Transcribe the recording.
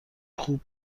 خوب